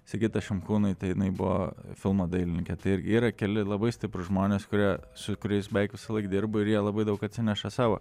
sigita šimkūnaitė jinai buvo filmo dailininkė tai irgi yra keli labai stiprūs žmonės kurie su kuriais beveik visąlaik dirbu ir jie labai daug atsineša savo